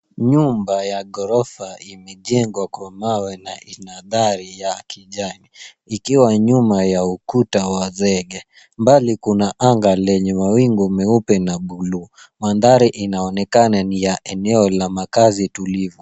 Nyumba ya ghorofa imejengwa kwa mawe na ina dari ya kijani ikiwa nyuma ya ukuta wa zege. Mbali kuna anga lenye mawingu meupe na bluu. Mandhari inaonekana ni ya eneo la makaazi tulivu.